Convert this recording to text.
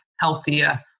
healthier